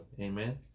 Amen